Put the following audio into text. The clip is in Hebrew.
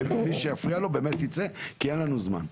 ומי שיפריע לו באמת יצא כי אין לנו זמן.